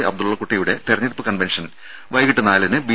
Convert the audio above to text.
അബ്ദുള്ളക്കുട്ടിയുടെ തിരഞ്ഞെടുപ്പ് കൺവെൻഷൻ വൈകിട്ട് നാലിന് ബി